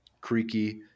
creaky